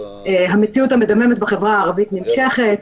המציאות המדממת בחברה הערבית נמשכת,